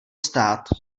stát